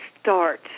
start